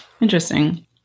interesting